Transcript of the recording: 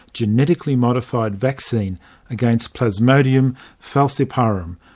genetically modified, vaccine against plasmodium falciparum,